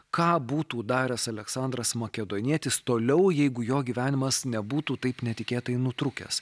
ką būtų daręs aleksandras makedonietis toliau jeigu jo gyvenimas nebūtų taip netikėtai nutrūkęs